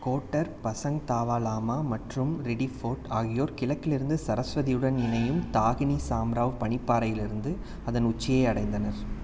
quarter Pasang Dawa Lama மற்றும் Riddiford ஆகியோர் கிழக்கில் இருந்து சரஸ்வதியுடன் இணையும் தாகினி சாம்ராவ் பனிப்பாறையில் இருந்து அதன் உச்சியை அடைந்தனர்